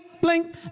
blink